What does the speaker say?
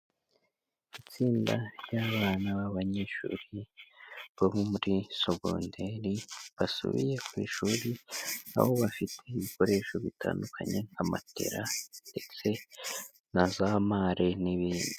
Itsinda ry'abana b'abanyeshuri bo muri secondaire basubiye ku ishuri, aho bafite ibikoresho bitandukanye nka matela ndetse na za mare n'ibindi.